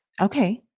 Okay